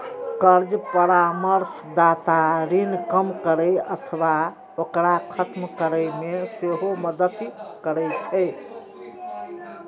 कर्ज परामर्शदाता ऋण कम करै अथवा ओकरा खत्म करै मे सेहो मदति करै छै